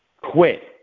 quit